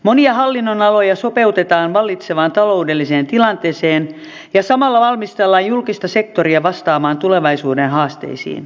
monia hallinnonaloja sopeutetaan vallitsevaan taloudelliseen tilanteeseen ja samalla valmistellaan julkista sektoria vastaamaan tulevaisuuden haasteisiin